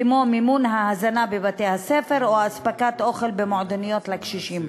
כמו מימון ההזנה בבתי-הספר או אספקת אוכל במועדוניות לקשישים.